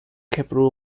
capital